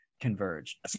converge